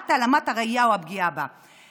למניעת העלמת הראייה או הפגיעה בה".